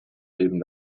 leben